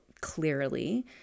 clearly